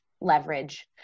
leverage